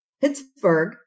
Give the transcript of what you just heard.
Pittsburgh